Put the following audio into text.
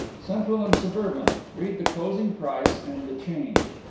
central and suburban. read the closing price and the change.